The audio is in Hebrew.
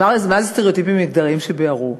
אז מה זה סטריאוטיפים מגדריים שביערו?